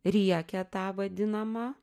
riekę tą vadinamą